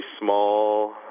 Small